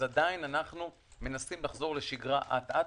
אנחנו מנסים לחזור לשגרה אט-אט,